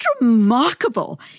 remarkable